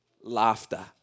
Laughter